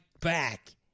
back